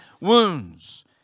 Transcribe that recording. wounds